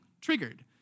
Triggered